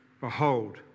behold